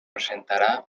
presentarà